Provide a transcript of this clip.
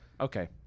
Okay